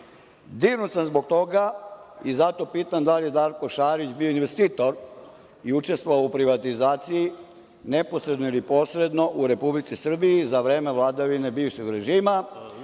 Dirnut sam zbog toga i zato pitam – da li je Darko Šarić bio investitor i učestvovao u privatizaciji neposredno ili posredno u Republici Srbiji za vreme vladavine bivšeg režima